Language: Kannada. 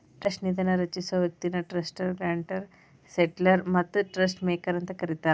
ಟ್ರಸ್ಟ್ ನಿಧಿನ ರಚಿಸೊ ವ್ಯಕ್ತಿನ ಟ್ರಸ್ಟರ್ ಗ್ರಾಂಟರ್ ಸೆಟ್ಲರ್ ಮತ್ತ ಟ್ರಸ್ಟ್ ಮೇಕರ್ ಅಂತ ಕರಿತಾರ